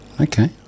Okay